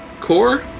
Core